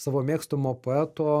savo mėgstamo poeto